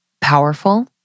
powerful